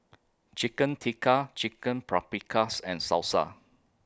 Chicken Tikka Chicken Paprikas and Salsa